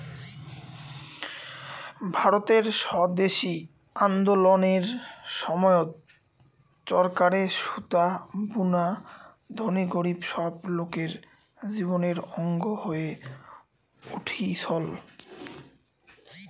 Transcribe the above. ভারতের স্বদেশি আন্দোলনের সময়ত চরকারে সুতা বুনা ধনী গরীব সব লোকের জীবনের অঙ্গ হয়ে উঠছল